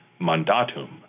mandatum